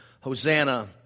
Hosanna